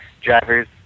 driver's